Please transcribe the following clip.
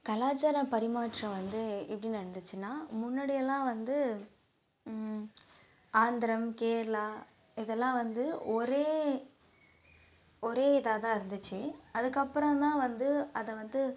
கலாச்சார பரிமாற்றம் வந்து எப்படி நடந்துச்சுன்னா முன்னாடியெல்லாம் வந்து ஆந்திரம் கேரளா இதெல்லாம் வந்து ஒரே ஒரே இதாக தான் இருந்துச்சு அதுக்கப்புறம் தான் வந்து அதை வந்து